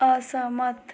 असहमत